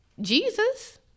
Jesus